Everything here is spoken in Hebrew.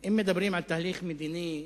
אם מדברים על תהליך מדיני,